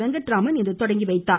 வெங்கட்ராமன் இன்று தொடங்கி வைத்தார்